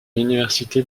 l’université